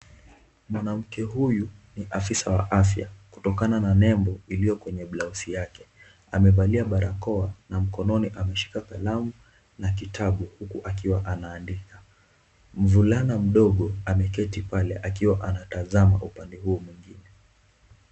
Mwanamke huyu ni afisa wa afya kutokana na nembo iliyo kwenye blouse yake amevalia barakoa na mkononi ameshika kalamu na kitabu huku akiwa anaandika, mvulana mdogo ameketi pale akiwa anatazama upande huo mwingine.